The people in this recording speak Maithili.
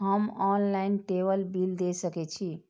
हम ऑनलाईनटेबल बील दे सके छी?